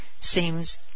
seems